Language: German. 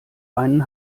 einen